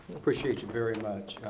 appreciate you very much.